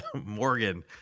Morgan